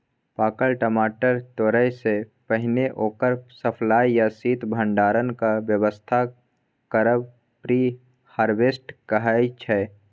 पाकल टमाटर तोरयसँ पहिने ओकर सप्लाई या शीत भंडारणक बेबस्था करब प्री हारवेस्ट कहाइ छै